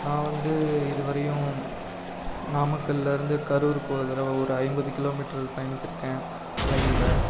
நான் வந்து இதுவரையும் நாமக்கல்லில் இருந்து கரூருக்கு ஒரு தடவ ஒரு ஐம்பது கிலோமீட்டர் பயணித்திருக்கேன் ட்ரெயினில்